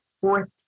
fourth